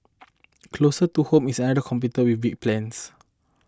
closer to home is another competitor with big plans